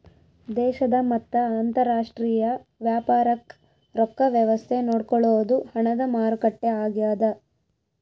ದೇಶದ ಮತ್ತ ಅಂತರಾಷ್ಟ್ರೀಯ ವ್ಯಾಪಾರಕ್ ರೊಕ್ಕ ವ್ಯವಸ್ತೆ ನೋಡ್ಕೊಳೊದು ಹಣದ ಮಾರುಕಟ್ಟೆ ಆಗ್ಯಾದ